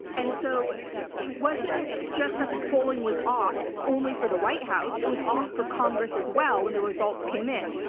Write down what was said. and so it wasn't just that the polling was off only for the white house, it was off for congress as well when the results came in.